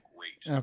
Great